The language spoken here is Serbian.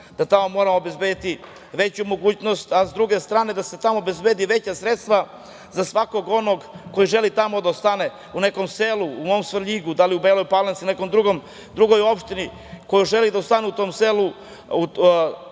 da tamo moramo obezbediti veće mogućnosti, a s druge strane da se tamo obezbede veća sredstva za svakog onog koji želi tamo da ostane u nekom selu, u mom Svrljigu, da li u Beloj Palanci ili u nekoj drugoj opštini, mlad čovek koji želi da ostane u tom selu,